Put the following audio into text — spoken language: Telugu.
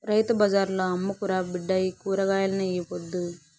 రైతు బజార్ల అమ్ముకురా బిడ్డా కూరగాయల్ని ఈ పొద్దు